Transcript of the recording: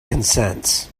consents